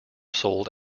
sold